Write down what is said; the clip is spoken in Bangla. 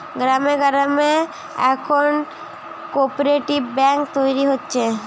গ্রামে গ্রামে এখন কোপরেটিভ বেঙ্ক তৈরী হচ্ছে